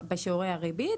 בשיעורי הריבית,